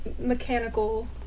mechanical